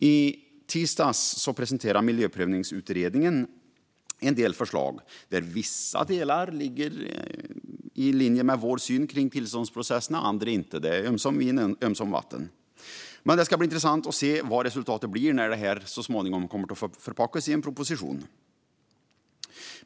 I tisdags presenterade Miljöprövningsutredningen en del förslag som till vissa delar ligger i linje med vår syn på tillståndsprocesserna medan andra inte gör det. Det är ömsom vin, ömsom vatten. Det ska bli intressant att se vad resultatet blir när det så småningom förpackas i en proposition.